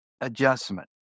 adjustment